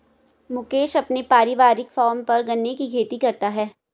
मुकेश अपने पारिवारिक फॉर्म पर गन्ने की खेती करता है